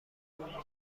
امیدوارم